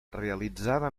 realitzada